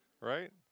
right